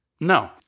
No